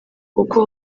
kuko